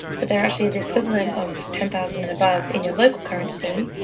but they're actually the equivalent of ten thousand and above in your local currency,